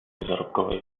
zarobkowej